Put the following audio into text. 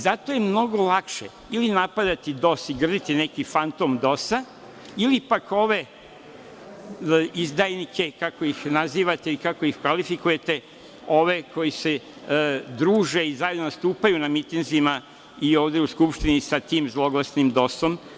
Zato je mnogo lakše ili napadati DOS i grditi neki fantom DOS, ili pak ove izdajnike, kako ih nazivate i kako ih kvalifikujete, ove koji se druže i zajedno nastupaju na mitinzima i ovde u Skupštini sa tim zloglasnim DOS-om.